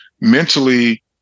mentally